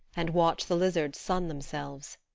and watch the lizards sun themselves.